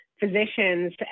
physicians